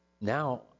now